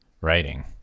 writing